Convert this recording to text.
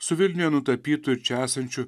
su vilniuje nutapytu ir čia esančiu